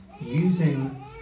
using